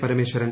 Parameswaran